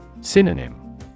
synonym